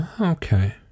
Okay